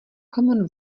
common